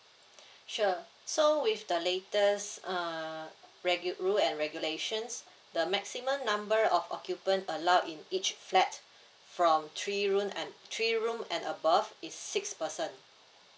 sure so with the latest uh regu~ rules and regulations the maximum number of occupant allowed in each flat from three room and three room and above is six person